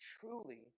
truly